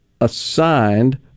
assigned